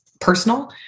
personal